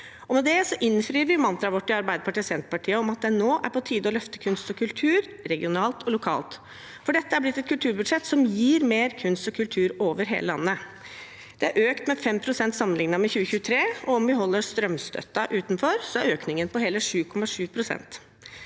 kr. Med det innfrir vi mantraet vårt i Arbeiderpartiet og Senterpartiet om at det nå er på tide å løfte kunst og kultur regionalt og lokalt. Dette er blitt et kulturbudsjett som gir mer kunst og kultur over hele landet. Det er økt med 5 pst. sammenlignet med 2023, og om vi holder strømstøtten utenfor, er økningen på hele 7,7 pst.